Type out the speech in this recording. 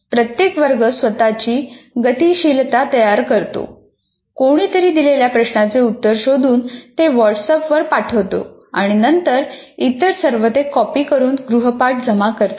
प्रत्येक वर्ग स्वतःची गतिशीलता तयार करतो कोणीतरी दिलेल्या प्रश्नाचे उत्तर शोधून ते व्हॉट्सअँप वर पाठवतो आणि नंतर इतर सर्व ते कॉपी करून गृहपाठ जमा करतात